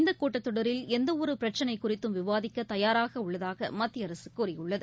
இந்த கூட்டத் தொடரில் எந்தவொரு பிரச்சினைக் குறித்தும் விவாதிக்க தயாராக உள்ளதாக மத்திய அரசு கூறியுள்ளது